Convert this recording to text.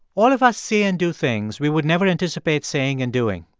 all of us see and do things we would never anticipate saying and doing.